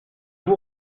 vous